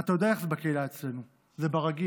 אתה יודע איך זה בקהילה אצלנו, זה "ברגיל".